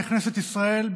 לכנסת ישראל,